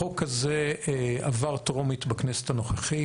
החוק הזה עבר טרומית בכנסת הנוכחית.